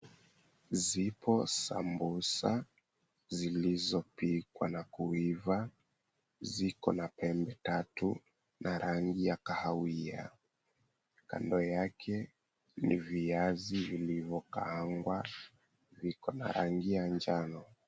Zipo sambusa zilizopikwa na kuiva. Ziko na pembe tatu na rangi ya kahawia. Kando yake ni viazi vilivyokaangwa. Viko na rangi ya njano.